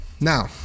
Now